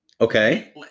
Okay